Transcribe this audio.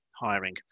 hiring